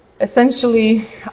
essentially